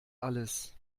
alles